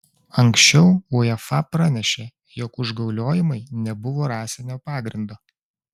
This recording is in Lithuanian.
anksčiau uefa pranešė jog užgauliojimai nebuvo rasinio pagrindo